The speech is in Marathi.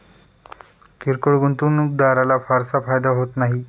किरकोळ गुंतवणूकदाराला फारसा फायदा होत नाही